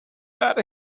that